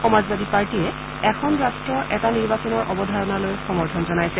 সমাজবাদী পাৰ্টীয়ে এখন ৰাষ্ট্ৰ এটা নিৰ্বাচনৰ অৱধাৰণালৈ সমৰ্থন জনাইছে